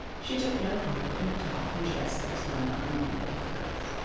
she took no part in the talk and jest that was going on among the other clerks.